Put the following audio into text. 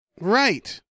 Right